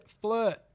Flirt